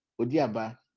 Odiaba